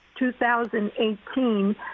2018